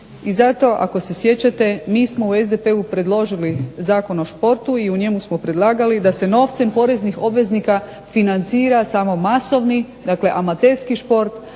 i zato ako se sjećate mi smo u SDP-u predložili Zakon o športu i u njemu smo predlagali da se novcem poreznih obveznika financira samo masovni, dakle amaterski šport,